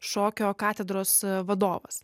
šokio katedros vadovas